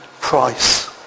price